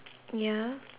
ya